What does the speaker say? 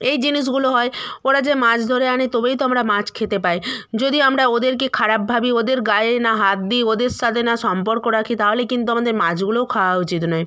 এই জিনিসগুলো হয় ওরা যে মাছ ধরে আনে তবেই তো আমরা মাছ খেতে পাই যদি আমরা ওদেরকে খারাপ ভাবি ওদেরকে গায়ে না হাত দিই ওদের সাতে না সম্পর্ক রাখি তাহলে কিন্তু আমাদের মাছগুলোও খাওয়া উচিত নয়